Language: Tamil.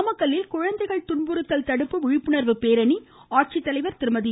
நாமக்கல்லில் குழந்தைகள் துன்புறுத்தல் தடுப்பு விழிப்புணர்வு பேரணி ஆட்சித்தலைவா் திருமதி மு